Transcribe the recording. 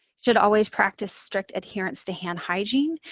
should always practice strict adherence to hand hygiene,